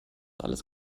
alles